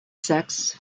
sex